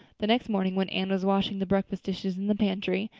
the next morning, when anne was washing the breakfast dishes in the pantry,